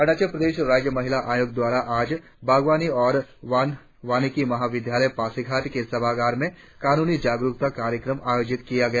अरुणाचल प्रदेश राज्य महिला आयोग द्वारा आज बागवाणी एवं वानिकी महा विद्यालय पासीघाट के सभागार में कानूनी जागरुकता कार्यक्रम आयोजित किया गया